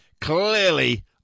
clearly